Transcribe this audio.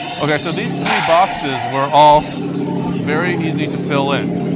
ok, so these three boxes were all very easy to fill in,